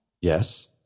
Yes